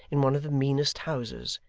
in one of the meanest houses,